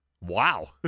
Wow